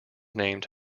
named